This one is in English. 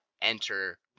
enter